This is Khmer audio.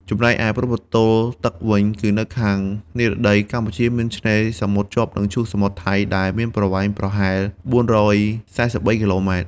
ចំណែកឯព្រំប្រទល់ទឹកវិញ គឺនៅខាងនិរតី កម្ពុជាមានឆ្នេរសមុទ្រជាប់នឹងឈូងសមុទ្រថៃ ដែលមានប្រវែងប្រហែល ៤៤៣ គីឡូម៉ែត្រ។